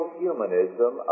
humanism